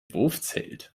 wurfzelt